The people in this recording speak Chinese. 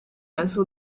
元素